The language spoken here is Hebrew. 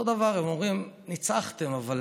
אותו דבר הם אומרים: ניצחתם, אבל